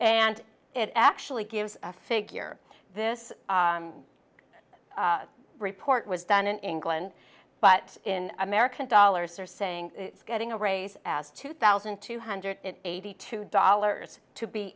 and it actually gives a figure this report was done in england but in american dollars are saying it's getting a raise as two thousand two hundred eighty two dollars to be